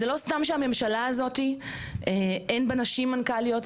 וזה לא סתם שהממשלה הזאתי אין בה נשים מנכ"ליות,